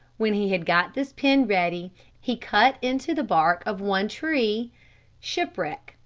when he had got this pen ready he cut into the bark of one tree shipwreck,